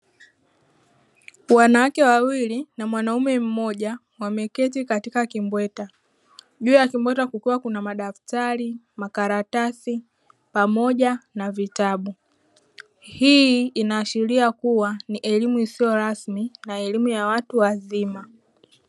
Wanawake wawili na mwanaume mmoja wameketi katika kimbweta. Juu ya kimbweta kukiwa kuna madaftari, makaratasi pamoja na vitabu. Hii inaashiria kuwa ni elimu isio rasmi na elimu ya watu wazima.